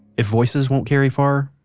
if voices won't carry far,